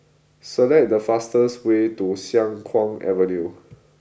select the fastest way to Siang Kuang Avenue